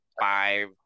five